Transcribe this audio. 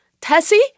Tessie